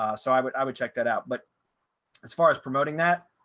ah so i would i would check that out. but as far as promoting that,